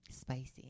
Spicy